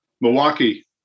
Milwaukee